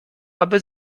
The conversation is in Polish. aby